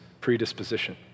predisposition